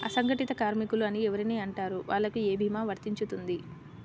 అసంగటిత కార్మికులు అని ఎవరిని అంటారు? వాళ్లకు ఏ భీమా వర్తించుతుంది?